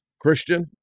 Christian